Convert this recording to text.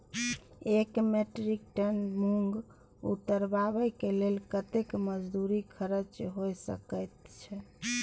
एक metric ton मूंग उतरबा के लेल कतेक मजदूरी खर्च होय सकेत छै?